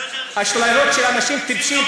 אשליות של אנשים טיפשים?